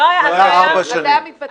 אז זה היה ארבע שנים.